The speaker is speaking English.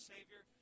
Savior